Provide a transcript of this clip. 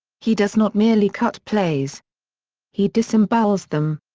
he does not merely cut plays he disembowels them.